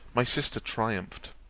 my sister triumphed.